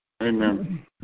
Amen